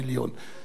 אבל יכול להיות,